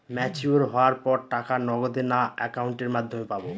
Mature হওয়ার পর টাকা নগদে না অ্যাকাউন্টের মাধ্যমে পাবো?